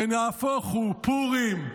ונהפוך הוא, פורים,